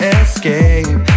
escape